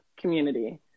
community